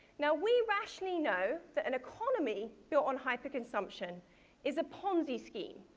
now we rationally know that an economy built on hyper-consumption is a ponzi scheme.